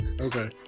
Okay